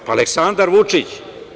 Pa Aleksandar Vučić.